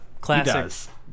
Classic